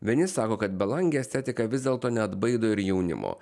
vieni sako kad belangė estetika vis dėlto neatbaido ir jaunimo